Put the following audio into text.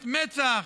את מצ"ח,